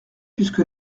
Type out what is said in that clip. puisque